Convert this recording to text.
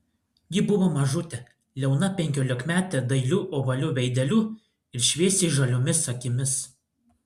ji buvo mažutė liauna penkiolikmetė dailiu ovaliu veideliu ir šviesiai žaliomis akimis